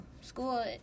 school